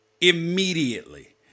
immediately